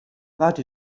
waard